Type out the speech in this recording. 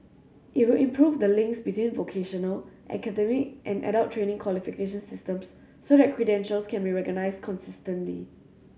it will improve the links between vocational academic and adult training qualification systems so that credentials can be recognised consistently